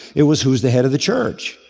it was who is the head of the church?